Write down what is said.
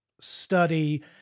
study